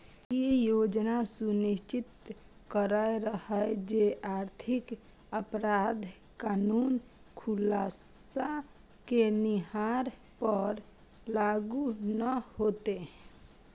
ई योजना सुनिश्चित करैत रहै जे आर्थिक अपराध कानून खुलासा केनिहार पर लागू नै हेतै